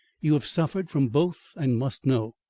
you have suffered from both and must know.